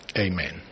amen